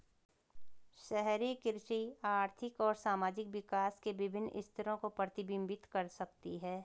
शहरी कृषि आर्थिक और सामाजिक विकास के विभिन्न स्तरों को प्रतिबिंबित कर सकती है